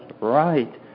right